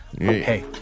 Hey